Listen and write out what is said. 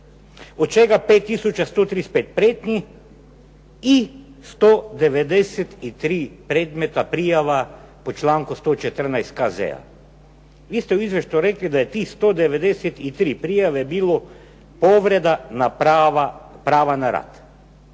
tisuća 135 prijetnji i 193 predmeta prijava po članku 114. KZ-a. Vi ste u izvještaju rekli da je tih 193 prijave bilo povreda prava na rad.